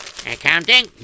Accounting